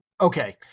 Okay